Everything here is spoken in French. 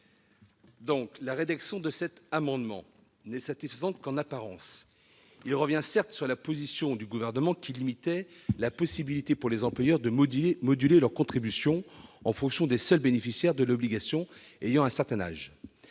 La rédaction de l'amendement n° 634 n'est satisfaisante qu'en apparence : celui-ci tend, certes, à revenir sur la position du Gouvernement qui limitait la possibilité pour les employeurs de moduler leur contribution en fonction des seuls bénéficiaires de l'obligation ayant un certain âge.